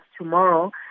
tomorrow